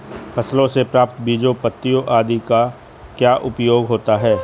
फसलों से प्राप्त बीजों पत्तियों आदि का क्या उपयोग होता है?